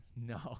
No